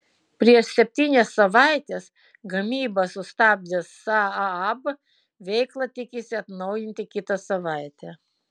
prieš septynias savaites gamybą sustabdęs saab veiklą tikisi atnaujinti kitą savaitę